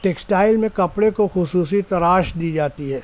textile میں کپڑے کو خصوصی تراش دی جاتی ہے